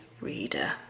reader